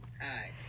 Hi